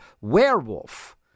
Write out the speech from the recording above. Werewolf